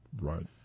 Right